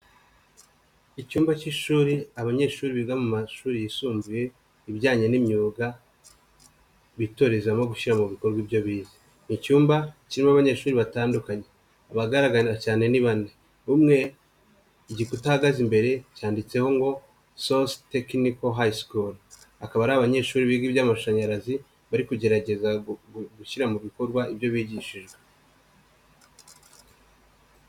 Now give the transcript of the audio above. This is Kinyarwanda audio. Icyumba cy'ishuri abanyeshuri biga mu mashuri yisumbuye ibijyanye n'imyuga bitorezamo gushyira mu bikorwa ibyo bize, icyumba kirimo abanyeshuri batandukanye abagaragara cyane ni bane umwe igikuta ahagaze imbere cyanditseho ngo source technical high school, akaba ari abanyeshuri biga iby'amashanyarazi bari kugerageza gushyira mu bikorwa ibyo bigishijwe.